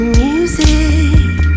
music